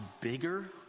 bigger